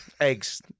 eggs